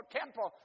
temple